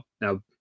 now